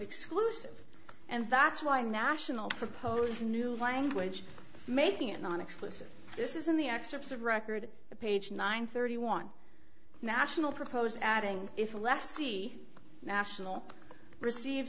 exclusive and that's why national propose a new language making it non exclusive this is in the excerpts of record page nine thirty one national proposed adding if alessi national receives